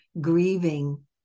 grieving